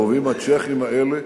הרובים הצ'כיים האלה,